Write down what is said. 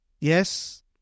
Yes